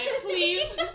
please